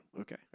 okay